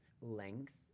length